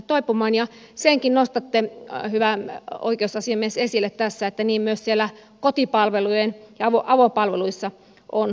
ja senkin nostatte hyvä oikeusasiamies esille tässä että myös siellä kotipalvelujen avopalveluissa on puutteita